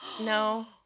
No